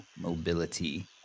mobility